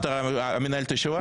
אתה מנהל את הישיבה?